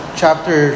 chapter